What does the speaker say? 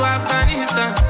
Afghanistan